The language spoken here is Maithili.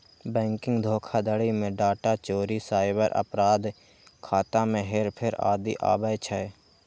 बैंकिंग धोखाधड़ी मे डाटा चोरी, साइबर अपराध, खाता मे हेरफेर आदि आबै छै